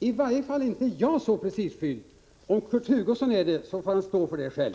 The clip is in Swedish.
I varje fall är inte jag så prestigefylld. Om Kurt Hugosson är det får han svara för det själv.